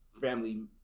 family